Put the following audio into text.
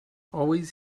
always